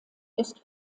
ist